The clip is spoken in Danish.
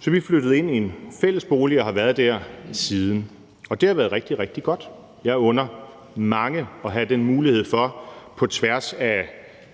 Så vi flyttede ind i en fælles bolig og har været der siden, og det har været rigtig, rigtig godt. Jeg under mange at have den mulighed for på tværs af